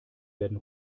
werden